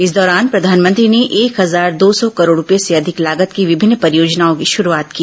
इस दौरान प्रधानमंत्री ने एक हजार दो सौ करोड़ रुपये से अधिक लागत की विभिन्न परियोजनाओं की शुरूआत की